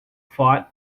thought